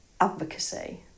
advocacy